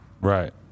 Right